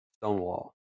stonewall